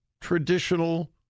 traditional